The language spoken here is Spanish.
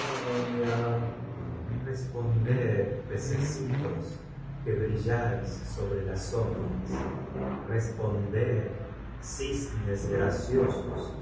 titaniayresponded pececitos que brilláis el yiaje sobre las ondas responded cisnes graciosos